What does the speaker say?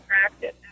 practice